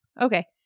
Okay